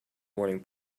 morning